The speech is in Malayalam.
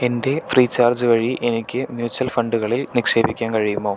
എൻ്റെ ഫ്രീ ചാർജ് വഴി എനിക്ക് മ്യൂച്വൽ ഫണ്ടുകളിൽ നിക്ഷേപിക്കാൻ കഴിയുമോ